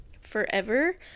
forever